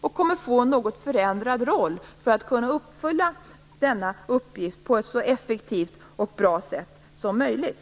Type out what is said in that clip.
Det kommer att få en något förändrad roll för att kunna uppfylla denna uppgift på ett så effektivt och bra sätt som möjligt.